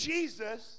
Jesus